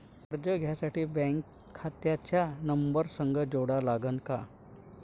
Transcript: कर्ज घ्यासाठी बँक खात्याचा नंबर संग जोडा लागन का?